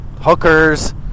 hookers